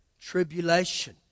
Tribulation